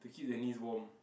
to keep the knees warm